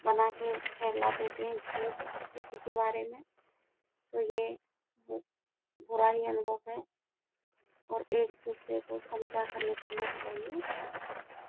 बना के फैला देते है झूठ किसी के बारे में तो ये बुरा ही अनुभव है और एक दूसरे को समझा कर निपटना चाहिए